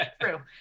True